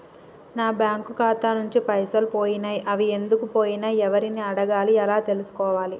నా బ్యాంకు ఖాతా నుంచి పైసలు పోయినయ్ అవి ఎందుకు పోయినయ్ ఎవరిని అడగాలి ఎలా తెలుసుకోవాలి?